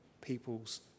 people's